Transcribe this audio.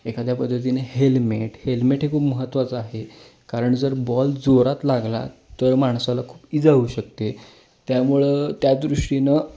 एखाद्या पद्धतीने helmet helmet हे खूप महत्त्वाचं आहे कारण जर बॉल जोरात लागला तर माणसाला खूप इजा होऊ शकते त्यामुळं त्या दृष्टीनं